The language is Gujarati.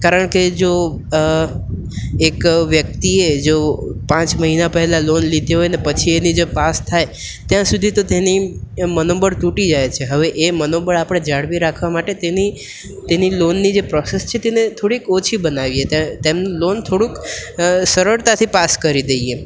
કારણ કે જો એક વ્યક્તિએ જો પાંચ મહિના પહેલાં લોન લીધી હોય ને પછી એની જે પાસ થાય ત્યાં સુધી તો તેની મનોબળ તૂટી જાય છે હવે એ મનોબળ આપણે જાળવી રાખવા માટે તેની તેની લોનની જે પ્રોસેસ છે તેને થોડીક ઓછી બનાવીએ તેમનું લોન થોડુંક સરળતાથી પાસ કરી દઈએ